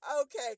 Okay